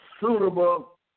suitable